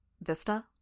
Vista